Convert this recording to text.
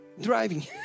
Driving